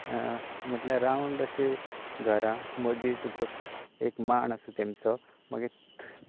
म्हुटल्यार रावंड अशी घरां मदीं तुका एक मांड आसा तेमचो मागीर